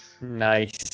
Nice